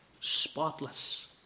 spotless